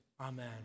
Amen